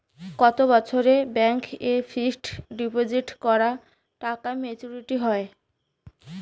কত বছরে ব্যাংক এ ফিক্সড ডিপোজিট করা টাকা মেচুউরিটি হয়?